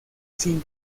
sin